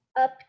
up